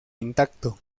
intacto